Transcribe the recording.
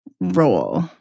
role